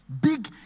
Big